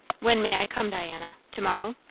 when may i come, diana? to-morrow?